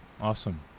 Awesome